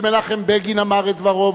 ומנחם בגין אמר את דברו,